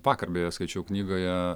vakar beje skaičiau knygoje